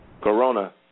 Corona